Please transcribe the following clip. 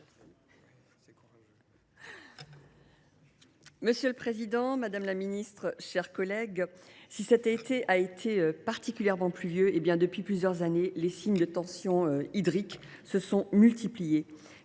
Monsieur le président, madame la ministre, mes chers collègues, si cet été a été particulièrement pluvieux, les signes de tension hydrique se sont multipliés